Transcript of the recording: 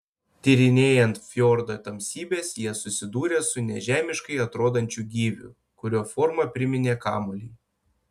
tyrinėjant fjordo tamsybes jie susidūrė su nežemiškai atrodančiu gyviu kurio forma priminė kamuolį